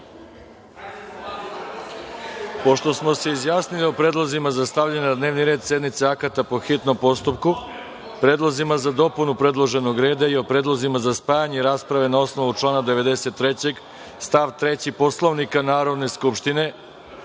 smo se izjasnili o predlozima za stavljanje na dnevni red sednice akata po hitnom postupku, predlozima za dopunu predloženog dnevnog reda i o predlozima za spajanje rasprave, na osnovu člana 93. stav 3. Poslovnika Narodne skupštine,